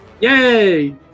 Yay